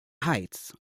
heights